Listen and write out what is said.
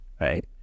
right